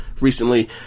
recently